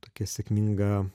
tokia sėkminga